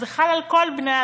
אז זה חל על כל בני-האדם.